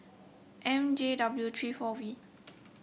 M J W three four V